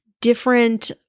different